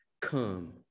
come